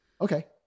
Okay